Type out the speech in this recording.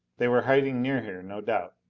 they were hiding near here, no doubt,